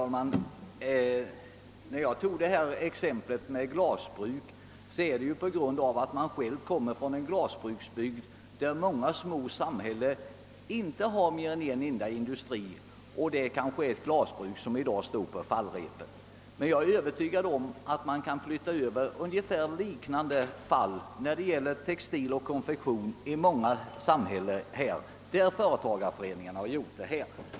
Herr talman! Anledningen till att jag tog just exemplet med glasbruket är att jag själv kommer från en glasbruksbygd, där många små samhällen inte har mer än en industri och det kanske är ett glasbruk som i dag är på fallrepet. Jag är emellertid övertygad om att man kan anföra exempel på liknande handlande av företagareföreningarna i samhällen med t.ex. textiloch konfektionsindustrier.